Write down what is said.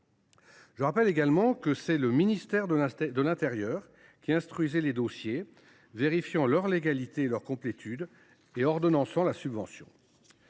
Je rappelle également que c’est le ministère de l’intérieur qui instruisait les dossiers, vérifiait leur légalité et leur complétude, et procédait à l’ordonnancement de la subvention.